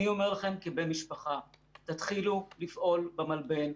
אני אומר לכם כבן משפחה: תתחילו לפעול במלבן.